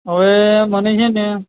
હવે મને છે ને